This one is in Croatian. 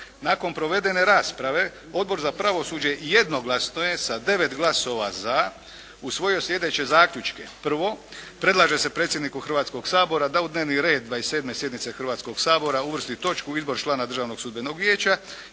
Nakon provedene rasprave Odbor za pravosuđe jednoglasno je sa 9 glasova za usvojio sljedeće zaključke: Prvo, predlaže se predsjedniku Hrvatskog sabora da u dnevni red 27. sjednice Hrvatskog sabora uvrsti točku: Izbor člana državnog sudbenog vijeća.